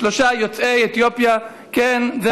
שלושה יוצאי אתיופיה, כן.